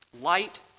Light